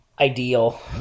ideal